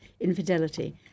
infidelity